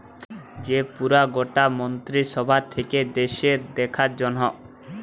যে পুরা গটা মন্ত্রী সভা থাক্যে দ্যাশের দেখার জনহ